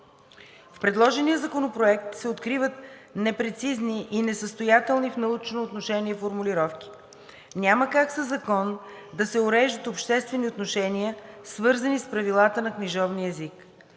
В предложения законопроект се откриват непрецизни и несъстоятелни в научно отношение формулировки. Няма как със закон да се уреждат обществените отношения, свързани с правилата на книжовния език.